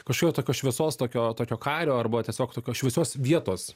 kažkokio tokio šviesos tokio tokio kario arba tiesiog tokios šviesios vietos